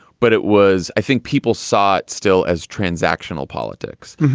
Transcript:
but it was i think people saw it still as transactional politics.